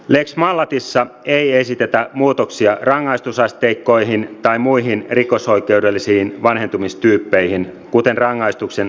lex mallatissa ei esitetä muutoksia rangaistusasteikkoihin tai muihin rikosoikeudellisiin vanhentumistyyppeihin kuten rangaistuksen täytäntöönpano oikeuteen